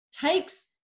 takes